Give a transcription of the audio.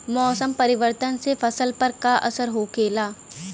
मौसम परिवर्तन से फसल पर का असर होखेला?